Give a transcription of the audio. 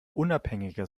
unabhängiger